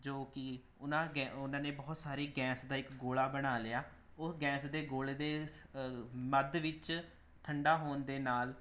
ਜੋ ਕਿ ਉਹਨਾਂ ਗੈ ਉਹਨਾਂ ਨੇ ਬਹੁਤ ਸਾਰੀ ਗੈਸ ਦਾ ਇੱਕ ਗੋਲਾ ਬਣਾ ਲਿਆ ਉਹ ਗੈਸ ਦੇ ਗੋਲੇ ਦੇ ਮੱਧ ਵਿੱਚ ਠੰਡਾ ਹੋਣ ਦੇ ਨਾਲ